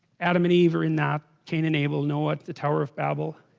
adam and eve are in that can enable know what the tower of babel